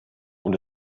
und